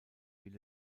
will